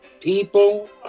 people